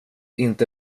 inte